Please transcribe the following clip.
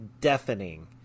deafening